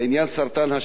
בזמן האחרון,